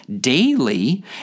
daily